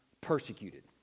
persecuted